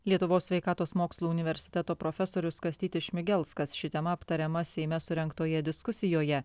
lietuvos sveikatos mokslų universiteto profesorius kastytis šmigelskas ši tema aptariama seime surengtoje diskusijoje